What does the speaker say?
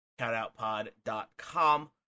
countoutpod.com